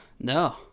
No